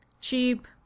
Cheap